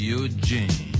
Eugene